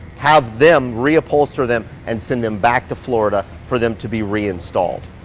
have them repulsor them and send them back to florida for them to be re-installed.